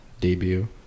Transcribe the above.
debut